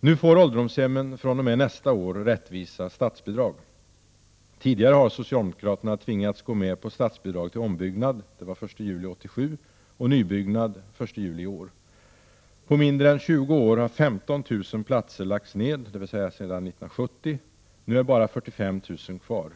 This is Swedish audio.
Nu får ålderdomshemmen fr.o.m. nästa år rättvisa statsbidrag. Tidigare har socialdemokraterna tvingats gå med på statsbidrag till ombyggnad, den 1 juli 1987, och nybyggnad, den 1 juli i år. På mindre än 20 år, sedan 1970, har 15 000 platser lagts ned. Nu är bara ca 45 000 kvar.